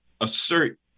assert